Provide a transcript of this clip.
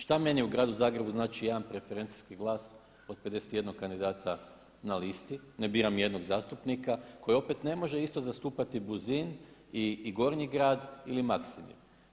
Šta meni i gradu Zagrebu znači jedan preferencijski glas od 51 kandidata na listi, ne biram jednog zastupnika koji opet ne može isto zastupati Buzin i Gornji grad ili Maksimir.